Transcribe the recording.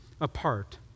apart